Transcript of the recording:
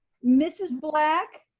mrs. black,